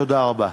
תודה רבה.